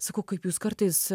sakau kaip jūs kartais